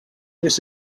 this